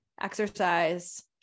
exercise